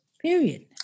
Period